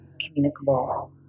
communicable